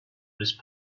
these